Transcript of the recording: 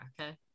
Okay